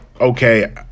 Okay